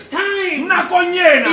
time